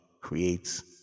creates